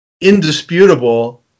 indisputable